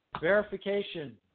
verification